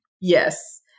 Yes